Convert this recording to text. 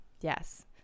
Yes